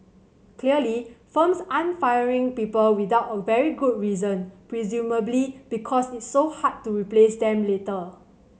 clearly firms aren't firing people without a very good reason presumably because it's so hard to replace them later